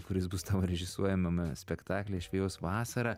kuris bus tavo režisuojamame spektakly aš vejuos vasarą